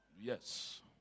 Yes